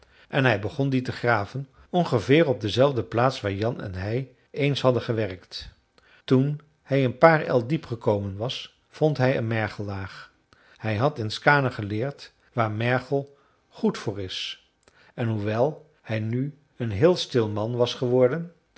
en hij begon die te graven ongeveer op dezelfde plaats waar jan en hij eens hadden gewerkt toen hij een paar el diep gekomen was vond hij een mergellaag hij had in skaane geleerd waar mergel goed voor is en hoewel hij nu een heel stil man was geworden